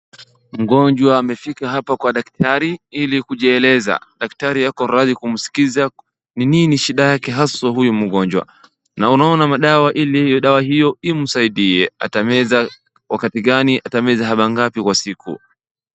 Mgonjwa amefika hapa kwa daktari ili kujieleza. Daktari ako radhi kumsikiliza ni nini shida yake aswa huyu mgonjwa, na unaona madawa ili dawa yao imsaidie. Atameza wakati gani? Atameza ada ngapi kwa siku?